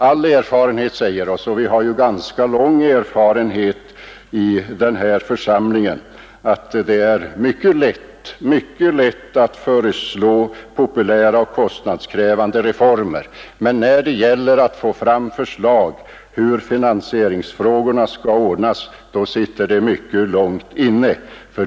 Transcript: All erfarenhet — och vi har ganska lång erfarenhet i denna församling — säger oss emellertid att det är mycket lätt att föreslå populära kostnadskrävande reformer men att förslag till hur finansieringsfrågorna skall ordnas sitter mycket långt inne.